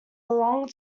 belong